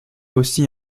aussi